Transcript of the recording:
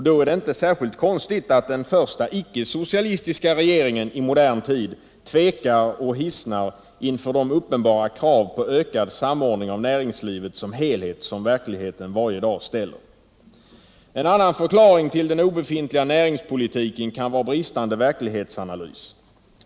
Då är det inte särskilt konstigt att den första icke-socialistiska regeringen i modern tid tvekar och hissnar inför de uppenbara krav på ökad samordning av näringslivet som helhet som verkligheten varje dag ställer. En annan förklaring till den obefintliga näringspolitiken kan vara bristande verklighetsanalys.